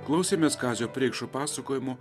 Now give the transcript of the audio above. klausėmės kazio preikšo pasakojimų